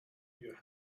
your